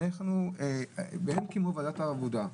ואין כמו ועדת העבודה,